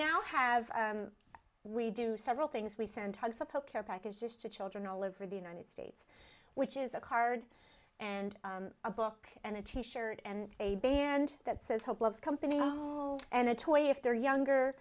now have we do several things we send care packages to children all over the united states which is a card and a book and a t shirt and a band that says hope loves company and a toy if they're younger